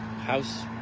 house